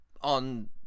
on